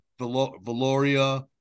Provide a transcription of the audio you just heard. Valoria